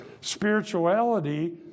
spirituality